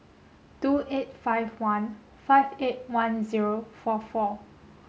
two eight five one five eight one zero four four